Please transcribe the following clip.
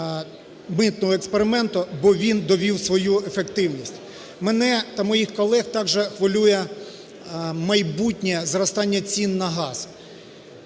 митного експерименту, бо він довів свою ефективність. Мене та моїх колег також хвилює майбутнє зростання цін на газ.